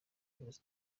virusi